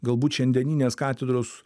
galbūt šiandieninės katedros